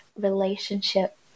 relationship